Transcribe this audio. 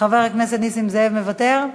חבר הכנסת נסים זאב, מוותר?